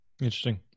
Interesting